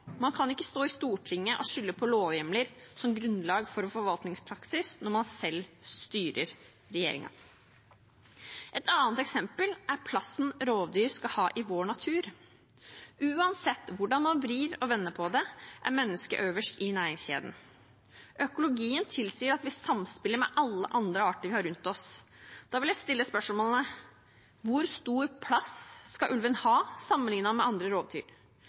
Man kan ikke stå i Stortinget og skylde på lovhjemler som grunnlag for forvaltningspraksis når man selv styrer regjeringen. Et annet eksempel er plassen rovdyr skal ha i vår natur. Uansett hvordan man vrir og vender på det, er mennesket øverst i næringskjeden. Økologien tilsier at vi samspiller med alle andre arter vi har rundt oss. Da vil jeg stille spørsmålene: Hvor stor plass skal ulven ha sammenlignet med andre rovdyr?